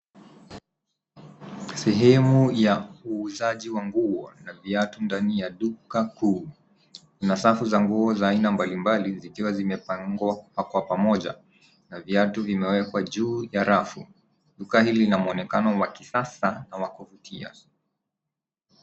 Sehemu ya uuzaji wa nguo na viatu ndani ya duka kuu kuna safu za nguo za aina mbalimbali zikiwa zimepangwa kwa pamoja na viatu vimewekwa juu ya rafu .Dukani lina muonekano wa kisasa na wa kvuutia.